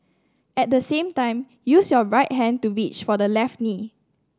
at the same time use your right hand to reach for the left knee